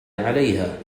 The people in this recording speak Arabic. عليها